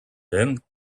then